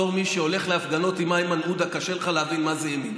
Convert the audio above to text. בתור מי שהולך להפגנות עם איימן עודה קשה לך להבין מה זה ימין,